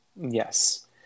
Yes